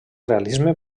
realisme